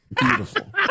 beautiful